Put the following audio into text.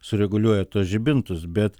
sureguliuoja tuos žibintus bet